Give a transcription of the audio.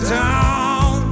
down